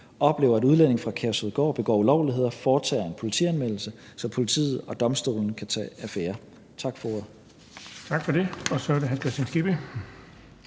oplever, at udlændinge fra Kærshovedgård begår ulovligheder, foretager en politianmeldelse, så politiet og domstolene kan tage affære. Tak for ordet.